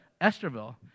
Esterville